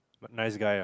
nice guy ah